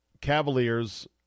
Cavaliers